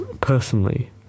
personally